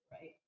right